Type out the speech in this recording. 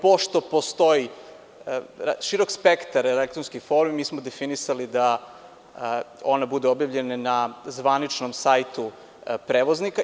Pošto postoji širok spektar elektronskih formi, mi smo definisali da one budu objavljene na zvaničnom sajtu prevoznika.